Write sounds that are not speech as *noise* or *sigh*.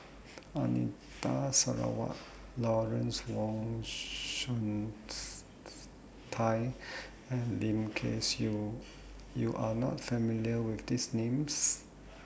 Anita Sarawak Lawrence Wong Shyun *noise* Tsai and Lim Kay Siu YOU Are not familiar with These Names